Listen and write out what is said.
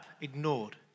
ignored